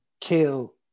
kill